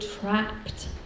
trapped